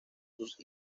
sus